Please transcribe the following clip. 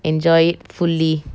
enjoy it fully